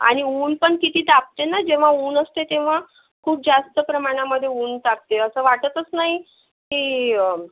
आणि ऊन पण किती तापते ना जेव्हा ऊन असतं तेव्हा खूप जास्त प्रमाणामध्ये ऊन तापते असं वाटतच नाही की